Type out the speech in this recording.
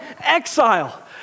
exile